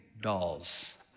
dolls